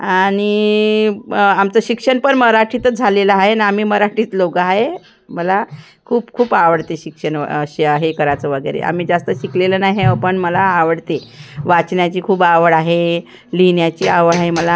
आ णि ब् आमचं शिक्षण पण मराठीतच झालेलं आहे आणि आम्ही मराठीत लोक आहे मला खूप खूप आवडते शिक्षण व अस्से हे कराचं वगैरे आम्ही जास्त शिकलेलं नाही आहो पण मला आवडते वाचनाची खूप आवड आहे लिहिण्याची आवड आहे मला